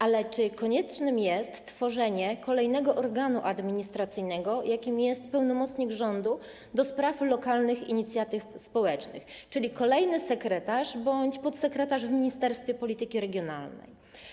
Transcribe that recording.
Ale czy konieczne jest tworzenie kolejnego organu administracyjnego, jakim jest pełnomocnik rządu do spraw lokalnych inicjatyw społecznych, czyli kolejny sekretarz bądź podsekretarz w ministerstwie polityki regionalnej?